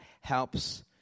helps